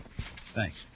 Thanks